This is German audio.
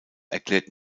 erklärt